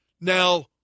now